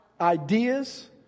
ideas